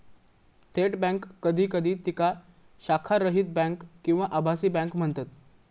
थेट बँक कधी कधी तिका शाखारहित बँक किंवा आभासी बँक म्हणतत